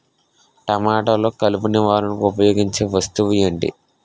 టమాటాలో కలుపు నివారణకు ఉపయోగించే వస్తువు ఏంటి?